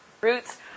Roots